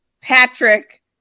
Patrick